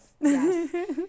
Yes